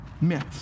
myths